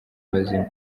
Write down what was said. bazima